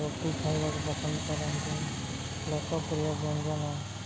ରୋଟି ଖାଇବାକୁ ପସନ୍ଦ କରନ୍ତି ଲୋକପ୍ରିୟ ବ୍ୟଞ୍ଜନ